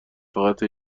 فقط